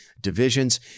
divisions